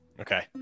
okay